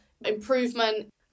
improvement